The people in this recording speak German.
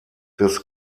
des